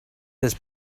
this